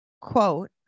quote